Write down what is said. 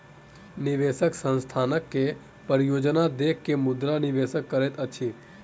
निवेशक संस्थानक के परियोजना देख के मुद्रा निवेश करैत अछि